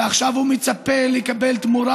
ועכשיו הוא מצפה לקבל תמורה.